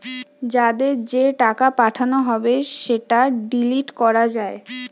যাদের যে টাকা পাঠানো হবে সেটা ডিলিট করা যায়